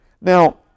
Now